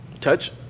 touch